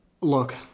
Look